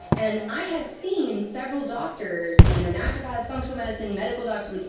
and i had seen several doctors, you know naturopath, functional medicine, medical doctors, like